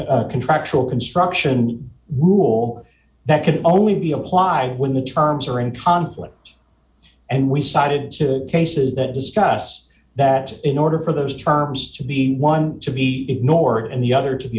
contractual construction all that could only be applied when the terms are in conflict and we cited two cases that discuss that in order for those terms to be one to be ignored and the other to be